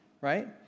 right